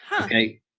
Okay